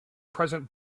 present